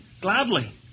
gladly